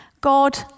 God